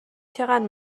چقدر